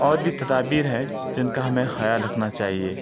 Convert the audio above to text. اور بھی تدابیر ہیں جن کا ہمیں خیال رکھنا چاہیے